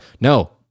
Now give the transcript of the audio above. no